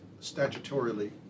statutorily